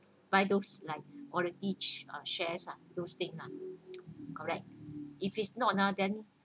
and buy those like warranty shares ah those thing lah correct if it's not ah then